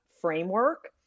framework